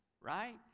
right